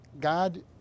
God